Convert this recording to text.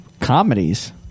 comedies